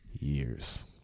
years